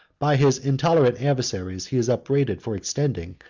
by his intolerant adversaries he is upbraided for extending,